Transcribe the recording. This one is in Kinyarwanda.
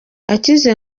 akize